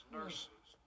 nurses